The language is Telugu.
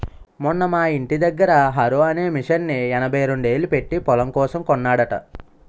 మొన్న మా యింటి దగ్గర హారో అనే మిసన్ని యాభైరెండేలు పెట్టీ పొలం కోసం కొన్నాడట